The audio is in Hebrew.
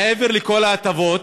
מעבר לכל ההטבות,